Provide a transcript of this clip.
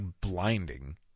blinding